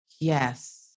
Yes